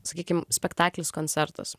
sakykim spektaklius koncertus